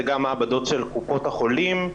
זה גם מעבדות של קופות החולים.